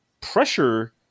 pressure